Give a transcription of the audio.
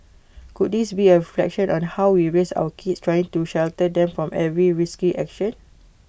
could this be A reflection on how we raise our kids trying to shelter them from every risky action